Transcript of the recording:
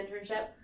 internship